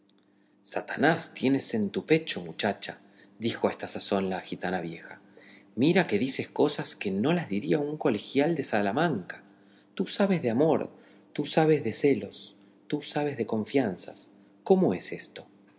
satanás tienes en tu pecho muchacha dijo a esta sazón la gitana vieja mira que dices cosas que no las diría un colegial de salamanca tú sabes de amor tú sabes de celos tú de confianzas cómo es esto que